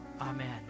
Amen